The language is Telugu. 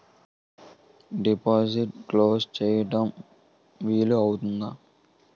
డిపాజిట్లు క్లోజ్ చేయడం వీలు అవుతుందా?